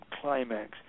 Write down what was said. climax